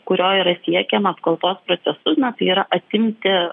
kurio yra siekiama apkaltos procesu na tai yra atimti